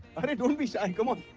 oh don't be shy. come on.